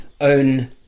own